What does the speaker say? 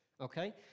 okay